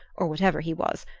or whatever he was,